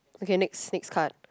okay next next card